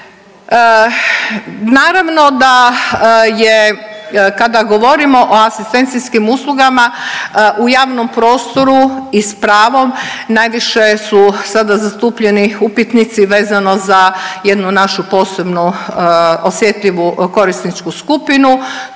Naravno da je kada govorimo o asistencijskim uslugama u javnom prostoru i s pravom najviše su sada zastupljeni upitnici vezano za jednu našu posebno osjetljivu korisničku skupinu.